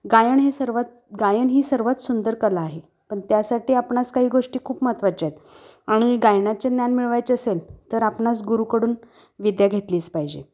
गायन हे सर्वच गायन ही सर्वात सुंदर कला आहे पण त्यासाठी आपणास काही गोष्टी खूप महत्त्वाच्या आहेत आणि गायनाचे ज्ञान मिळवायचे असेल तर आपणास गुरुकडून विद्या घेतलीच पाहिजे